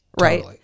Right